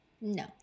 No